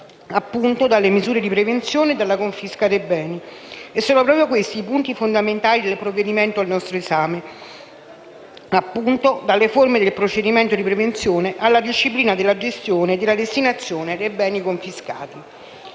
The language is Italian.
appunto dalle misure di prevenzione e dalla confisca dei beni. E sono proprio questi i punti fondamentali del provvedimento al nostro esame: dalle forme del procedimento di prevenzione alla disciplina della gestione e della destinazione dei beni confiscati.